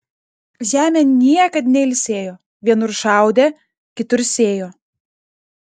žemė niekad neilsėjo vienur šaudė kitur sėjo